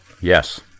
yes